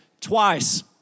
twice